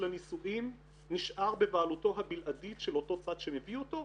לנישואין נשאר בבעלותו הבלעדית של אותו צד שמביא אותו,